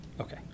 okay